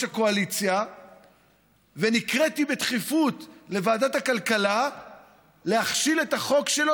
הקואליציה ונקראתי בדחיפות לוועדת הכלכלה להכשיל את החוק שלו,